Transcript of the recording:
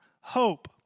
hope